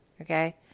okay